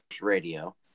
radio